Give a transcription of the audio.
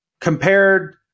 Compared